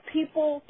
people